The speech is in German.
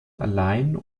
allein